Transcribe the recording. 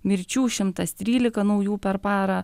mirčių šimtas trylika naujų per parą